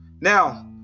now